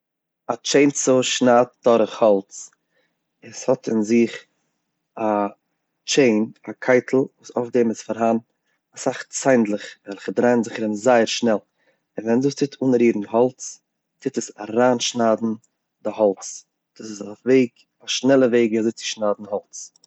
א טשעין סאו שניידט דורך האלץ, עס האט אין זיך א טשעין א קייטל וואס אויף דעם איז פארהאן אסאך ציינדלעך וועלכע דרייען זיך ארום זייער שנעל און ווען דאס טוט אנרירן האלץ, טוט עס אריינשניידן די האלץ, דאס איז א שנעלע וועג וויאזוי צו שניידן האלץ.